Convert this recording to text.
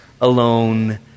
alone